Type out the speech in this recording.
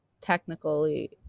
technically